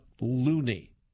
loony